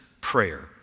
prayer